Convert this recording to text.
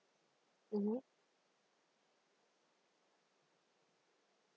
mmhmm